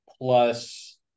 plus